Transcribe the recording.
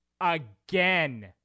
again